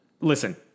Listen